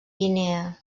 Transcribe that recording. guinea